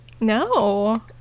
No